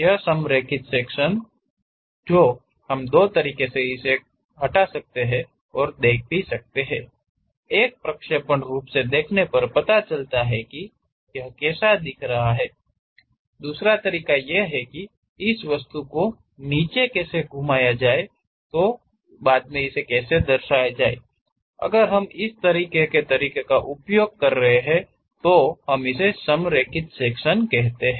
यह संरेखित सेक्शन कहता है कि हम दो तरीकों से इस को हटा सकते हैं और दिखा भी सकते हैं एक प्रक्षेपण रूप से देखने पर पता चलता है कि यह कैसे दिख रहा है दूसरा तरीका यह है कि इस वस्तु को नीचे कैसे घुमाया जाए तो इसे कैसे दर्शाया जाए अगर हम इस तरह के तरीको का उपयोग करके दिखा रहे हैं तो इसे हम संरेखित सेक्शन कहते हैं